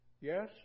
Yes